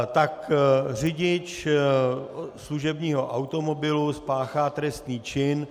Tak řidič služebního automobilu spáchá trestný čin.